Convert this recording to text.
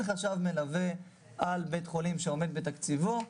חשב מלווה על בית חולים שעומד בתקציבו.